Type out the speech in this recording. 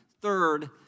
Third